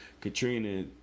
Katrina